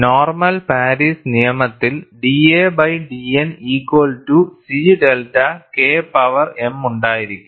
normal Paris നിയമത്തിൽ da by dN equal to C delta K power m ഉണ്ടായിരിക്കും